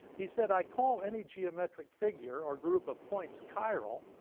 he said, i call any geometric figure, or group of points, chiral,